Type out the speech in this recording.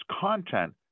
content